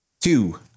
Two